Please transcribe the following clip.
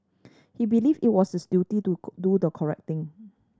he believed it was his duty to do the correct thing